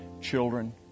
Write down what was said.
children